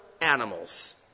animals